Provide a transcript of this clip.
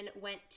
went